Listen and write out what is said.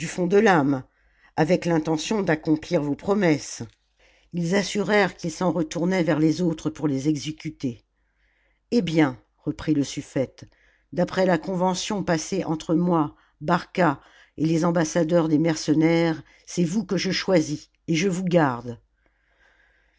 de l'âme avec l'intention d'accomplir vos promesses ils assurèrent qu'ils s'en retournaient vers les autres pour les exécuter eh bien reprit le suffète d'après la convention passée entre moi barca et les ambassadeurs des mercenaires c'est vous que je choisis et je vous garde